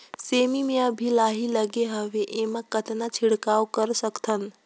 सेमी म अभी लाही लगे हवे एमा कतना छिड़काव कर सकथन?